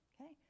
Okay